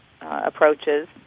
approaches